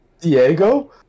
Diego